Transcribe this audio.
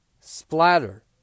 splatter